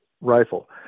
rifle